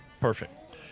perfect